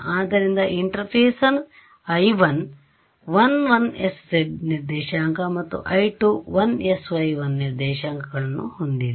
ಆದ್ದರಿಂದ interface I1 1 1 sz ನಿರ್ದೇಶಾಂಕ ಮತ್ತು I2 1 sy 1ನಿರ್ದೇಶಾಂಕಗಳನ್ನು ಹೊಂದಿದೆ